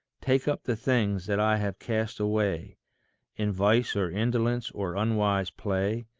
take up the things that i have cast away in vice or indolence or unwise play.